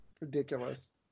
Ridiculous